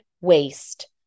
Waste